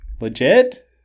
legit